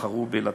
בחרו בי לתפקיד.